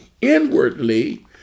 inwardly